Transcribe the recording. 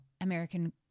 American